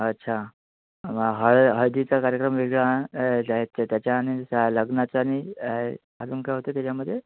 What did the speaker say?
अच्छा ह हळद हळदीचा कार्यक्रम वेगळा त्याच्यानं लग्नाचा आणि अजून काय होतं त्याच्यामध्ये